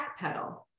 backpedal